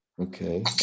Okay